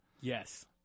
Yes